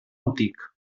antic